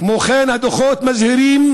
כמו כן, הדוחות מזהירים